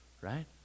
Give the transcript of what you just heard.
Right